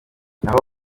aho